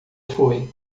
foi